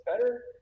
better